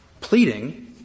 pleading